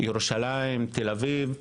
ירושלים ותל אביב,